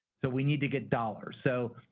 so we need to get dollars. so,